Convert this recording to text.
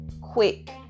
quick